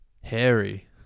Harry